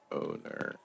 owner